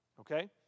okay